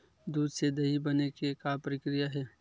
दूध से दही बने के का प्रक्रिया हे?